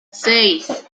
seis